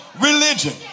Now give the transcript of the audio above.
religion